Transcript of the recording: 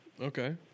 okay